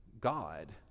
God